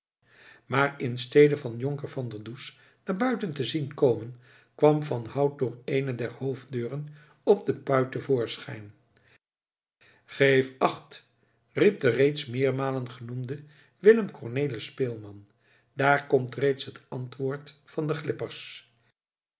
maar instede van jonker van der does naar buiten te zien komen kwam van hout door eene der hoofddeuren op de pui te voorschijn geef acht riep de reeds meermalen genoemde willem cornelis speelman daar komt reeds het antwoord van de glippers